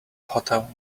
hotel